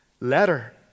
letter